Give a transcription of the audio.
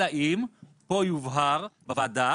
אלא אם פה יובהר בוועדה